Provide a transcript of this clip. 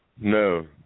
No